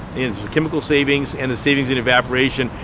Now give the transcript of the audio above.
is chemical savings, and the savings in evaporation,